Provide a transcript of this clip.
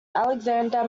alexander